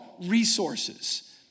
resources